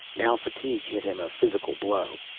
now fatigue hit him a physical blow.